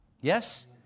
Yes